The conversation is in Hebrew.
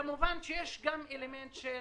כמובן, יש גם אלמנט של